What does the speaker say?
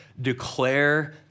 declare